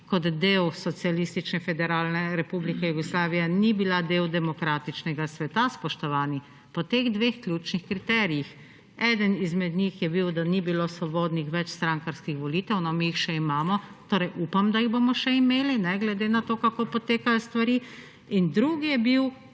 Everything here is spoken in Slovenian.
kot del Socialistične federativne republike Jugoslavije ni bila del demokratičnega sveta …« Spoštovani! Po teh dveh ključnih kriterijih; eden izmed njih je bil, da ni bilo svobodnih večstrankarskih volitev. No, mi jih še imamo, torej upam, da jih bomo še imeli, glede na to, kako potekajo stvari. In drugi je bil